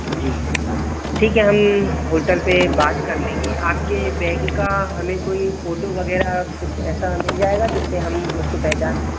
जी ठीक है हम होटल पर बात कर लेंगे आपके बैग का हमें कोई फ़ोटो वगैरह कुछ ऐसा मिल जाएगा जिससे हम उसको पहचान